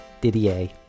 Didier